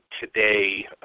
today